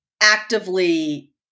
actively